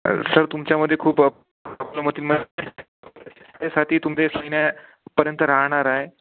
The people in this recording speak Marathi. सर तुमच्यामध्ये खूप प्रॉब्लम होती महिन्यापर्यंत राहणार आहे